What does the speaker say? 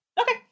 Okay